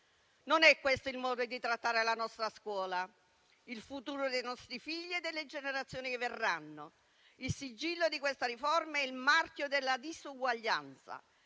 Non è questo il modo di trattare la nostra scuola, il futuro dei nostri figli e delle generazioni che verranno. Il sigillo di questa riforma è il marchio della disuguaglianza